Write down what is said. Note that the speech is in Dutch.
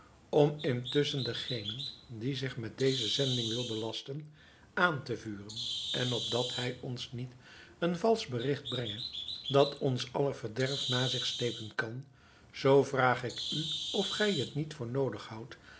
om intusschen dengene die zich met deze zending wil belasten aan te vuren en opdat hij ons niet een valsch bericht brenge dat ons aller verderf na zich slepen kan zoo vraag ik u of gij het niet voor noodig houdt